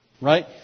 Right